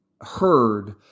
heard